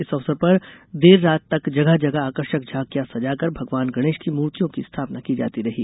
इस अवसर पर देर रात तक जगह जगह आकर्षक झांकियां सजाकर भगवान गणेश की मूर्तियों की स्थापना की जाती रही